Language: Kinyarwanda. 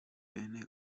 bene